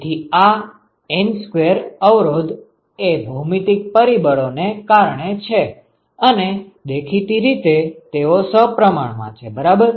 તેથી આ N2 અવરોધ એ ભૌમિતિક પરિબળો ને કારણે છે અને દેખીતી રીતે તેઓ સપ્રમાણ માં છે બરાબર